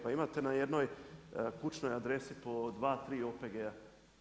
Pa imate na jednoj kućnoj adresi po 2, 3 OPG-a.